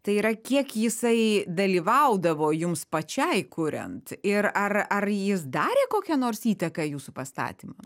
tai yra kiek jisai dalyvaudavo jums pačiai kuriant ir ar ar jis darė kokią nors įtaką jūsų pastatymam